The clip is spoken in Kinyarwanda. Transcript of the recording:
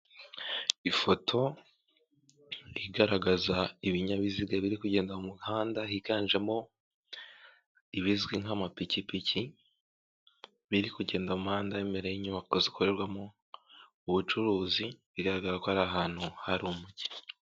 Ifoto igaragaza ibinyabiziga biri kugenda mu muhanda, higanjemo ibizwi nk'amapikipiki biri kugenda muhanda imbere y'inyubako zikorerwamo ubucuruzi biragaragara ko ari ahantu hari umujyi.